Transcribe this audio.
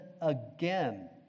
again